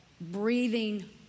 breathing